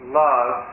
love